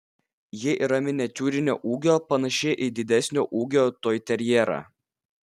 ji yra miniatiūrinio ūgio panaši į didesnio ūgio toiterjerą